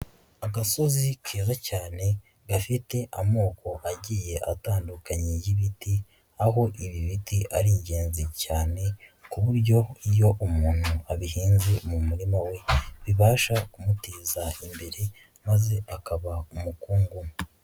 Agasozi keza cyane gafite amoko agiye atandukanye y'ibiti, aho ibi biti ari ingenzi cyane ku buryo iyo umuntu abihinze mu murima we bibasha kumuteza imbere maze akaba umukungu.